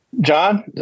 John